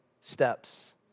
steps